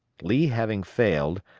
lee having failed,